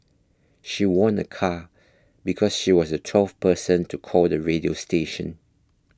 she won a car because she was the twelfth person to call the radio station